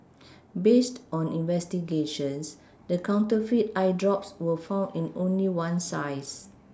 based on investigations the counterfeit eye drops were found in only one size